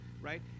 right